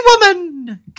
woman